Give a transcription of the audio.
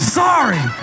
sorry